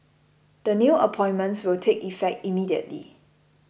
the new appointments will take effect immediately